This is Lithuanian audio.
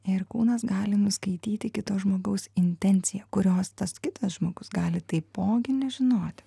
ir kūnas gali nuskaityti kito žmogaus intenciją kurios tas kitas žmogus gali taipogi nežinoti